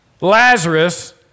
Lazarus